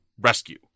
rescue